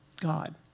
God